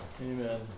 Amen